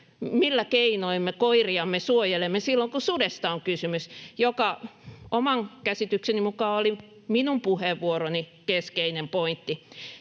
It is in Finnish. millä keinoin me koiriamme suojelemme silloin, kun sudesta on kysymys, mikä oman käsitykseni mukaan oli minun puheenvuoroni keskeinen pointti.